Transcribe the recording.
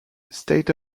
state